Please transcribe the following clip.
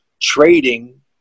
trading